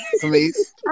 please